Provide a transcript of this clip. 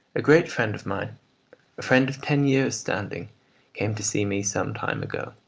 a great friend of mine a friend of ten years' standing came to see me some time ago,